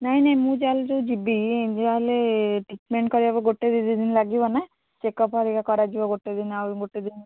ନାଇଁ ନାଇଁ ମୁଁ ଯାହା ହେଲେ ଯେଉଁ ଯିବି ଯାହା ହେଲେ ଟ୍ରିଟମେଣ୍ଟ୍ କରିବାକୁ ଗୋଟେ ଦୁଇ ତିନ ଦିନ ଲାଗିବ ନାଁ ଚେକଅପ୍ ହରିକା କରାଯିବ ଗୋଟେ ଦିନ ଆହୁରି ଗୋଟେ ଦିନ